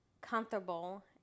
comfortable